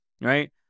Right